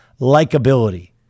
likability